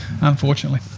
unfortunately